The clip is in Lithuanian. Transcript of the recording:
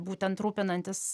būtent rūpinantis